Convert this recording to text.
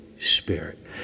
Spirit